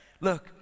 Look